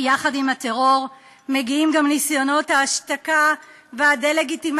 כי יחד עם הטרור מגיעים גם ניסיונות ההשתקה והדה-לגיטימציה